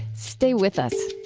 stay with us